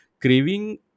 craving